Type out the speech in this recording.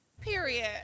Period